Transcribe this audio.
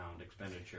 expenditure